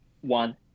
One